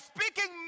speaking